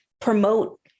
promote